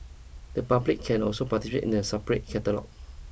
the public can also participate in a separate category